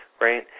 right